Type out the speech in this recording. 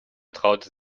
traute